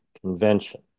convention